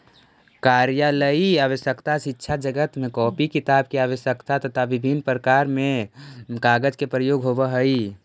कार्यालयीय आवश्यकता, शिक्षाजगत में कॉपी किताब के आवश्यकता, तथा विभिन्न व्यापार में कागज के प्रयोग होवऽ हई